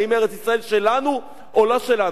האם ארץ-ישראל שלנו או לא שלנו.